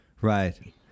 Right